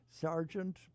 Sergeant